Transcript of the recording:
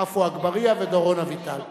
עפו אגבאריה ודורון אביטל.